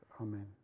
Amen